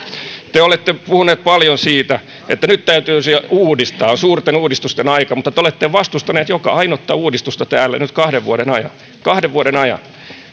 te te olette puhuneet paljon siitä että nyt täytyisi uudistaa on suurten uudistusten aika mutta te olette vastustaneet joka ainutta uudistusta täällä nyt kahden vuoden ajan